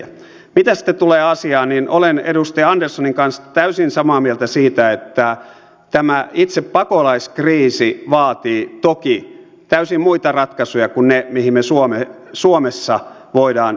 mitä sitten tulee asiaan niin olen edustaja anderssonin kanssa täysin samaa mieltä siitä että tämä itse pakolaiskriisi vaatii toki täysin muita ratkaisuja kuin ne mihin me suomessa voimme yltää